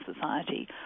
society